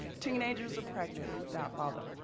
teenagers are pregnant without fathers.